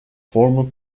former